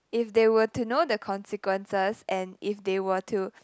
if they were to know the consequences and if they were to